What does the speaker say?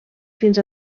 fins